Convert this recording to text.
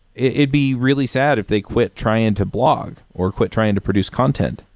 it'd be really sad if they quit trying to blog or quit trying to produce content.